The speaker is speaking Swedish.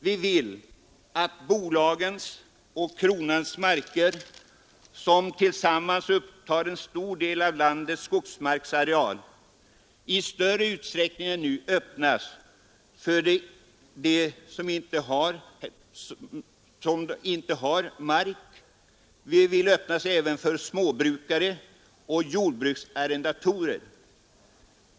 Vi vill att bolagens och kronans marker, som tillsammans utgör en stor del av landets skogsmarksareal, i större utsträckning än nu öppnas för dem som inte har mark och även för småbrukare och jordbruksarrendatorer.